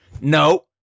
no